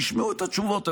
תשמעו את התשובות.